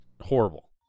horrible